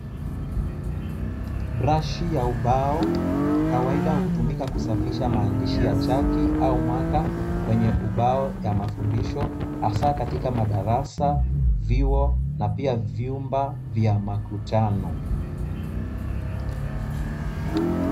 Brashi ya ubao kawaida hutumika kusafisha maandishi ya chaki au marker kwenye ubao ya mafundisho hasa katika madarasa, vyuo na pia vyumba vya makutano.